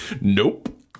nope